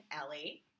Ellie